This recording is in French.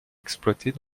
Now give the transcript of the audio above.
exploitées